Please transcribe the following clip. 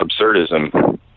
absurdism